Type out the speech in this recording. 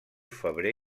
febrer